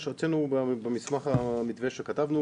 הוצאנו במסמך המתווה שכתבנו,